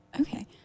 Okay